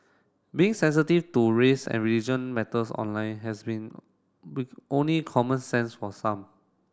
being sensitive to race and religion matters online has been only common sense for some